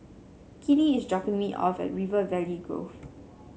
Keely is dropping me off at River Valley Grove